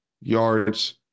yards